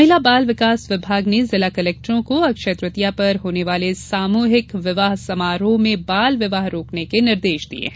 महिला बाल विकास विभाग ने जिला कलेक्टरों को अक्षय तृतीया पर होने वाले सामूहिक विवाह समारोह में बाल विवाह रोकने के निर्देश दिये हैं